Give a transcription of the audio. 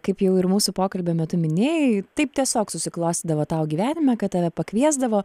kaip jau ir mūsų pokalbio metu minėjai taip tiesiog susiklostydavo tau gyvenime kad tave pakviesdavo